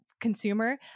consumer